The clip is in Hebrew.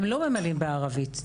הם לא ממלאים בערבית,